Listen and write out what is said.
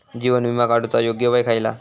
जीवन विमा काडूचा योग्य वय खयला?